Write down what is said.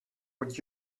would